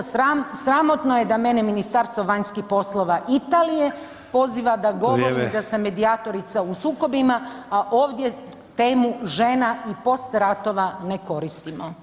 Sramotno je da mene Ministarstvo vanjskih poslova Italije poziva da govorim da sam medijatorica u sukobima [[Upadica: Vrijeme.]] a ovdje temu žena i post ratova ne koristimo.